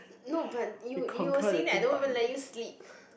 no but you you were saying that I don't even let you sleep